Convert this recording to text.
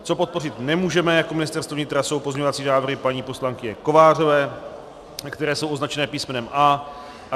Co podpořit nemůžeme jako Ministerstvo vnitra, jsou pozměňovací návrhy paní poslankyně Kovářové, které jsou označené písmenem A.